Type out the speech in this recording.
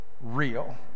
real